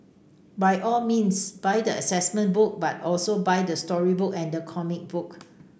by all means buy the assessment book but also buy the storybook and the comic book